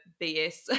BS